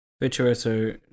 Virtuoso